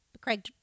Craig